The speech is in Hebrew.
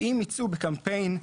ואם יצאו בקמפיין,